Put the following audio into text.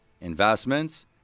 investments